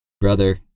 brother